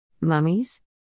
Mummies